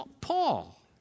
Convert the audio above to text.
Paul